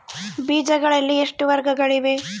ಬೇಜಗಳಲ್ಲಿ ಎಷ್ಟು ವರ್ಗಗಳಿವೆ?